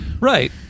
Right